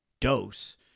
dose